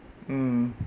mm